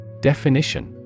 Definition